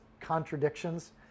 contradictions